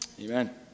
Amen